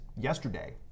yesterday